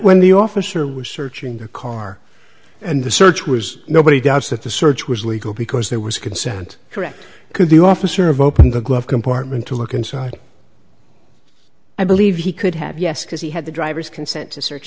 when the officer was searching the car and the search was nobody doubts that the search was legal because there was consent correct could the officer of opened the glove compartment to look inside i believe he could have yes because he had the driver's consent to search